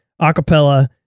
acapella